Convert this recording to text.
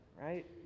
right